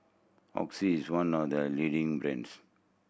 Oxy is one of the leading brands